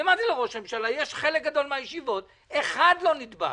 אמרתי לראש הממשלה: בחלק גדול מן הישיבות אף אחד לא נדבק.